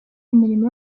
imirimo